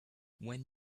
when